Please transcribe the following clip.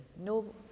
No